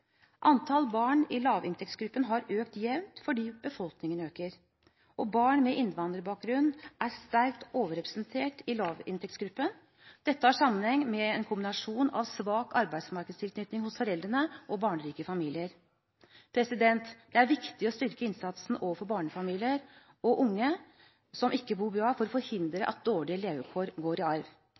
Antall barn i lavinntektsgruppen har økt jevnt fordi befolkningen øker. Barn med innvandrerbakgrunn er sterkt overrepresentert i lavinntektsgruppen. Dette har sammenheng med en kombinasjon av svak arbeidsmarkedstilknytning hos foreldrene og barnerike familier. Det er viktig å styrke innsatsen overfor barnefamilier og unge som ikke bor bra, for å forhindre at dårlige levekår går i arv.